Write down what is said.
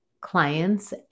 clients